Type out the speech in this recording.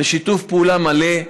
בשיתוף פעולה מלא.